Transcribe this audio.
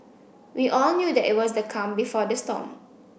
we all knew that it was the calm before the storm